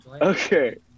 Okay